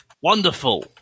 Wonderful